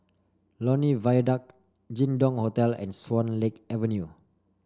Lornie Viaduct Jin Dong Hotel and Swan Lake Avenue